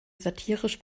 satirisch